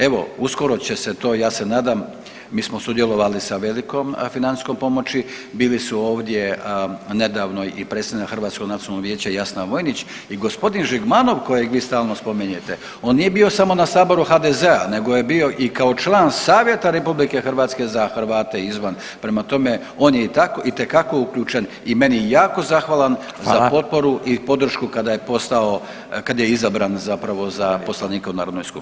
Evo, uskoro će se to, ja se nadam, mi smo sudjelovali sa velikom financijskom pomoći, bili su ovdje nedavno i predstavnik Hrvatskog nacionalnog vijeća Jasna Vojnić i g. Žigmanov kojeg vi stalno spominjete, on nije bio samo na saboru HDZ-a nego je bio i kao član Savjeta RH za Hrvate izvan, prema tome on je itekako uključen i meni jako zahvalan za potporu [[Upadica: Hvala.]] i podršku kada je postao, kad je izabran zapravo za poslanika u Narodnoj skupštini.